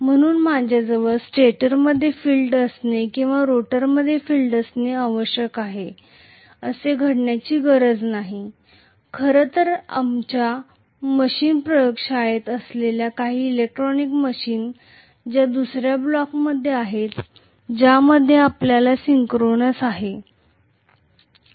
म्हणून माझ्याजवळ स्टेटरमध्ये फील्ड असणे किंवा रोटरमध्ये फील्ड असणे आवश्यक आहे असे घडण्याची गरज नाही खरं तर आमच्या मशीन प्रयोगशाळेत असलेल्या काही इलेक्ट्रिकल मशीन्स ज्या दुसऱ्या ब्लॉकमध्ये आहेत ज्यामध्ये आपल्याकडे सिंक्रोनस आहे